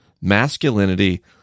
masculinity